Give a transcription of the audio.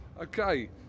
okay